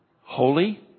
holy